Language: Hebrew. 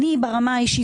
אני ברמה האישית,